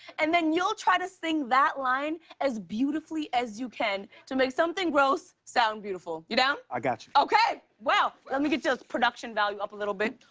and then you'll try to sing that line as beautifully as you can to make something gross sound beautiful. you down? i got you. okay. well. let me get your production value up a little bit.